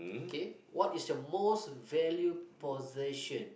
K what is your most valued possession